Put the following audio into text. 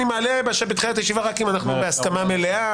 אני מעלה בתחילת הישיבה רק אם אנחנו בהסכמה מלאה,